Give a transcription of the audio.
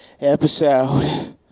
episode